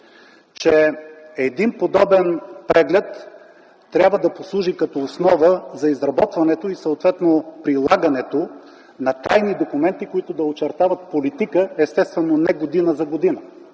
Че един подобен преглед трябва да послужи като основа за изработването и съответно прилагането на трайни документи, които да очертават политика, естествено не година за година.